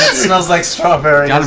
smells like strawberries.